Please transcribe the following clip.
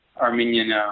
Armenian